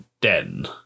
den